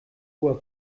fuhr